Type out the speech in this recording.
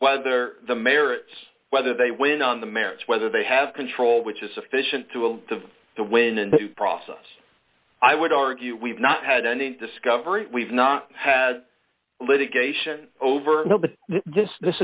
whether the merits whether they win on the merits whether they have control which is sufficient to allow the to win and to process i would argue we've not had any discovery we've not had litigation over this this